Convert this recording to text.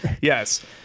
Yes